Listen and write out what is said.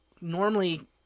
normally –